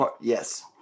Yes